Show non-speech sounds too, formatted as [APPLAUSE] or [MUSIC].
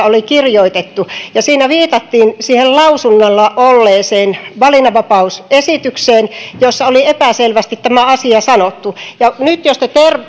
[UNINTELLIGIBLE] oli kirjoitettu siinä viitattiin siihen lausunnolla olleeseen valinnanvapausesitykseen jossa oli epäselvästi tämä asia sanottu jos te nyt